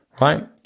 right